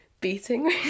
beating